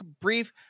brief